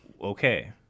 Okay